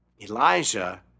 Elijah